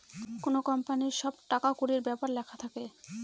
কোনো কোম্পানির সব টাকা কুড়ির ব্যাপার লেখা থাকে